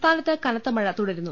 സംസ്ഥാനത്ത് കനത്തമഴ തുടരുന്നു